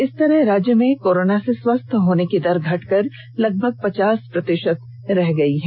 इस तरह राज्य में कोरोना से स्वस्थ होने की दर घटकर लगभग पचास प्रतिशत रह गई है